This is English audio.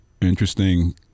interesting